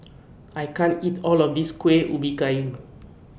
I can't eat All of This Kueh Ubi Kayu